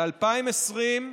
ב-2020,